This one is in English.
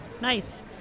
Nice